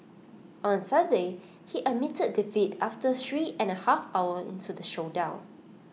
on Saturday he admitted defeat after three and A half hour into the showdown